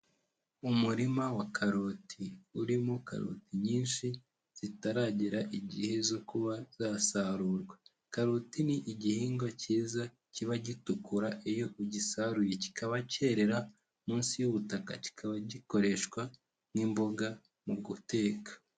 Umurima wa karoti urimo karoti nyinshi zitaragera igihe zo kuba zasarurwa, karoti ni igihingwa cyiza kiba gitukura, iyo ugisaruye kikaba cyerera munsi y'ubutaka kikaba gikoreshwa n'imboga mu guteka.